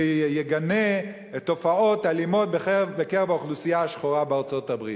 שיגנה תופעות אלימות בקרב האוכלוסייה השחורה בארצות-הברית,